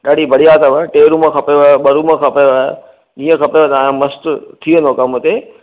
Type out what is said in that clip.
ॾाढी बढ़िया अथव टे रूम खपेव ॿ रूम खपेव इअं खपेव तव्हां मस्तु थी वेंदो कमु हुते